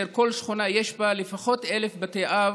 וכל שכונה יש בה לפחות 1,000 בתי אב,